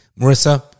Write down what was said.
Marissa